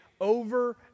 over